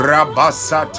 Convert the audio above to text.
Rabasa